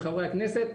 חברי הכנסת,